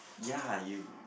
ya you